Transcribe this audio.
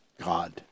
God